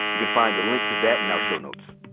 you can find a link to that in our show notes.